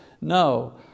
No